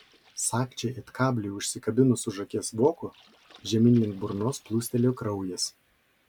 sagčiai it kabliui užsikabinus už akies voko žemyn link burnos plūstelėjo kraujas